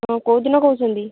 ହଁ କେଉଁଦିନ କହୁଛନ୍ତି